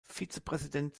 vizepräsident